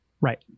Right